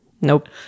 nope